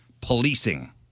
policing